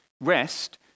rest